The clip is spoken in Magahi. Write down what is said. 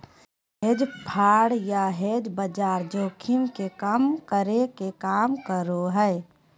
हेज फंड या हेज बाजार जोखिम के कम करे के काम करो हय